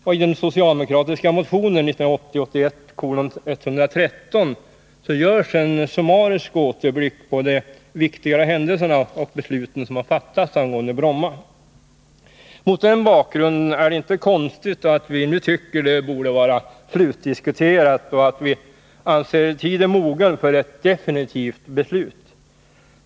I den socialdemokratiska motionen 1980/81:113 görs en summarisk återblick på de 35 viktigare händelserna och besluten, som fattats angående Bromma. Mot den bakgrunden är det inte konstigt att vi nu tycker det borde vara slutdiskuterat och att tiden är mogen för ett definitivt beslut.